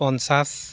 পঞ্চাছ